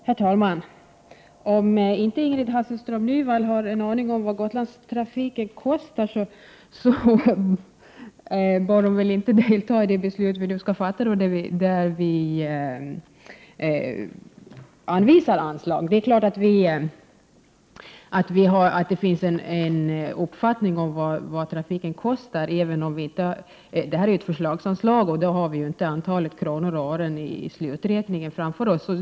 Herr talman! Om Ingrid Hasselström Nyvall inte har en aning om vad Gotlandstrafiken kostar, bör hon väl inte delta i det beslut som vi nu skall fatta och där vi anvisar anslag. Det är klart att det finns en uppfattning om vad trafiken kostar. Detta rör sig ju om ett förslagsanslag, och därför har vi ju inte antalet kronor och ören i sluträkningen framför oss.